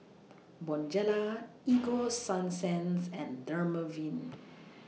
Bonjela Ego Sunsense and Dermaveen